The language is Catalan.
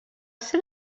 ser